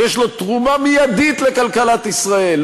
שיש לו תרומה מיידית לכלכלת ישראל,